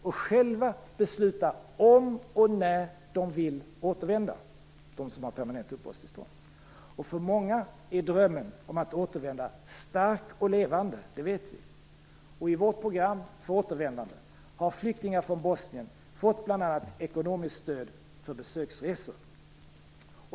De som har permanent uppehållstillstånd kan själva besluta om och när de vill återvända. För många är drömmen om att återvända stark och levande, det vet vi. I vårt program för återvändande har flyktingar från Bosnien fått bl.a. ekonomiskt stöd för besöksresor.